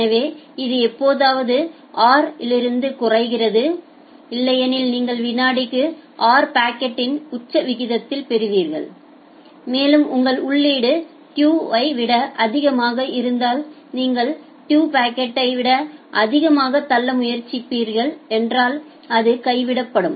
எனவே இது எப்போதாவது r இலிருந்து குறைகிறது இல்லையெனில் நீங்கள் வினாடிக்கு r பாக்கெட்டின் உச்ச விகிதத்தில் பெறுவீர்கள் மேலும் உங்கள் உள்ளீடு τ ஐ விட அதிகமாக இருந்தால் நீங்கள் τ பாக்கெட்களை விட அதிகமாக தள்ள முயற்சிக்கிறீர்கள் என்றால் அது கைவிடப்படும்